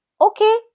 okay